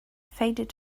faded